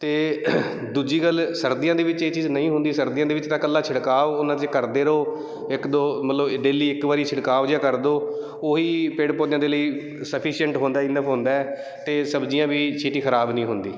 ਅਤੇ ਦੂਜੀ ਗੱਲ ਸਰਦੀਆਂ ਦੇ ਵਿੱਚ ਇਹ ਚੀਜ਼ ਨਹੀਂ ਹੁੰਦੀ ਸਰਦੀਆਂ ਦੇ ਵਿੱਚ ਤਾਂ ਇਕੱਲਾ ਛਿੜਕਾਓ ਉਹਨਾਂ 'ਚ ਕਰਦੇ ਰਹੋ ਇੱਕ ਦੋ ਮਤਲਬ ਡੇਲੀ ਇੱਕ ਵਾਰੀ ਛਿੜਕਾਵ ਜਿਹਾ ਕਰ ਦਿਓ ਉਹੀ ਪੇੜ ਪੌਦਿਆਂ ਦੇ ਲਈ ਸਫੀਸ਼ੀਐਂਟ ਹੁੰਦਾ ਇਨਫ ਹੁੰਦਾ ਅਤੇ ਸਬਜ਼ੀਆਂ ਵੀ ਛੇਤੀ ਖਰਾਬ ਨਹੀਂ ਹੁੰਦੀਆਂ